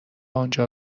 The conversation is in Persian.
آنجا